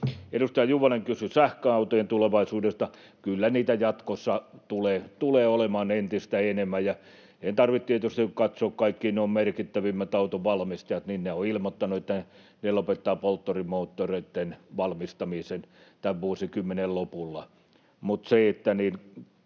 Edustaja Juvonen kysyi sähköautojen tulevaisuudesta. Kyllä niitä jatkossa tulee olemaan entistä enemmän. Ei tarvitse tietysti kuin katsoa kaikki nuo merkittävimmät autonvalmistajat — ne ovat ilmoittaneet, että lopettavat polttomoottoreitten valmistamisen tämän vuosikymmenen lopulla.